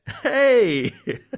Hey